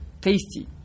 tasty